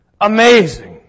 Amazing